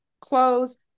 close